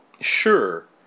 Sure